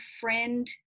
friend